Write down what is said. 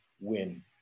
win